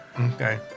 Okay